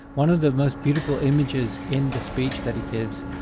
one of the most beautiful images in the speech that he gives,